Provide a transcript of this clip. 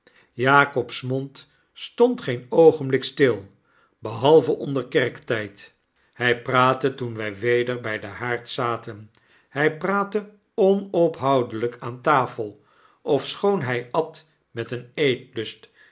jakob's mond stond geen oogenblik stil behalve onder kerktijd hij praatte toen wij weder bij den haard zaten hij praatte onophoudelijk aan tafel ofschoon hij at met een eetlust